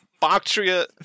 Bactria